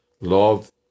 love